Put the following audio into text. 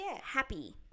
happy